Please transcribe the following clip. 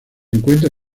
encuentra